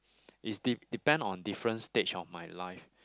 it's de~ depend on different stage of my life